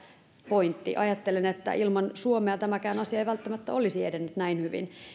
pointti ajattelen että ilman suomea tämäkään asia ei välttämättä olisi edennyt näin hyvin